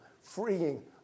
freeing